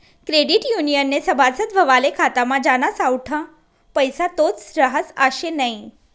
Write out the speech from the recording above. credit युनियननं सभासद व्हवाले खातामा ज्याना सावठा पैसा तोच रहास आशे नै